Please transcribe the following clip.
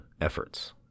efforts